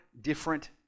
different